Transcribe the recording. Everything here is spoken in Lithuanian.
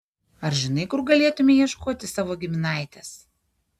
ar žinai kur galėtumei ieškoti savo giminaitės